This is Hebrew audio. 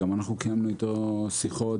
גם אנחנו קיימנו איתו שיחות,